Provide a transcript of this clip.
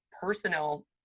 personal